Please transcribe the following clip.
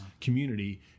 community